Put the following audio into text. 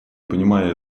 понимая